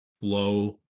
flow